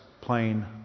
plain